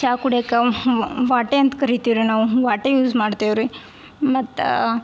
ಚಾ ಕುಡಿಯಕ್ಕೆ ವಾಟೆ ಅಂತ ಕರಿತೀವಿ ರೀ ನಾವು ವಾಟೆ ಯೂಸ್ ಮಾಡ್ತೇವೆ ರೀ ಮತ್ತು